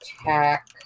attack